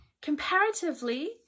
comparatively